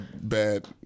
bad